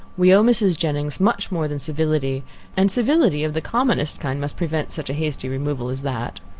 we owe mrs. jennings much more than civility and civility of the commonest kind must prevent such a hasty removal as that.